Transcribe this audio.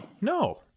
no